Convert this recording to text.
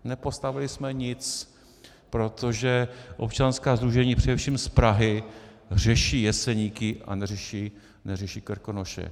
Nepostavili jsme nic, protože občanská sdružení, především z Prahy, řeší Jeseníky, a neřeší Krkonoše.